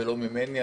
ולא ממני,